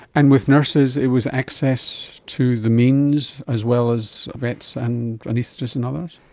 and with nurses it was access to the means as well as vets and anaesthetists and others?